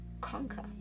conquer